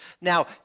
Now